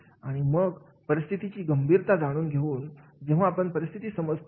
आणि मग या परिस्थितीची गंभीरता जाणून घेऊन जेव्हा आपण परिस्थिती समजतो